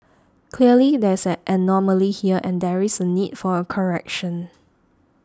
clearly there is an anomaly here and there is a need for a correction